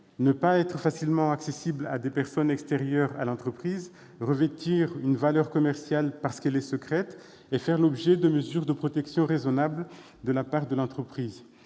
ne pas être facilement accessible à des personnes extérieures à l'entreprise ; revêtir une valeur commerciale parce qu'elle est secrète ; faire l'objet de mesures de protection raisonnables de la part de l'entreprise.